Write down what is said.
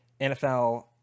NFL